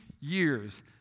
years